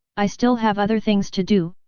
i still have other things to do,